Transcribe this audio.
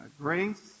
grace